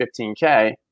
15k